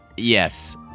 Yes